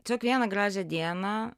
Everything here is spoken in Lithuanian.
tiesiog vieną gražią dieną